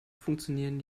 funktionieren